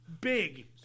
big